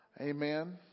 Amen